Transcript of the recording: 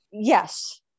Yes